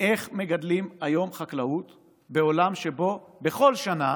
איך מגדלים היום חקלאות בעולם שבו בכל שנה